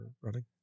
running